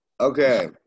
Okay